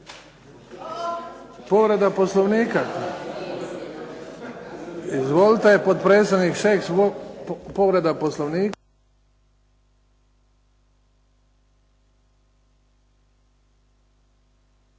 Povreda Poslovnika. Izvolite potpredsjednik Šeks, povreda Poslovnika.